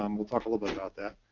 um we'll talk a little bit about that.